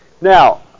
now